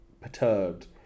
perturbed